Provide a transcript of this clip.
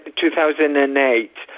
2008